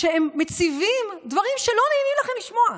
כשהם מציבים דברים שלא נעימים לכם לשמוע,